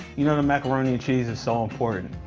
you know the macaroni and cheese is so important.